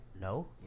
No